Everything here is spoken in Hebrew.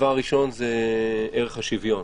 ראשית, ערך השוויון